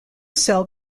sell